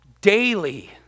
daily